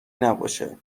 نباشه